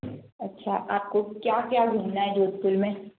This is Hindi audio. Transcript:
अच्छा आपको क्या क्या घूमना है जोधपुर में